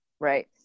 Right